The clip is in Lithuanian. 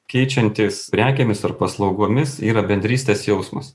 keičiantis prekėmis ar paslaugomis yra bendrystės jausmas